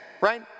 right